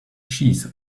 cheese